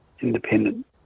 independent